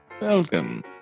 Welcome